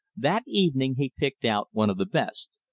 that evening he picked out one of the best.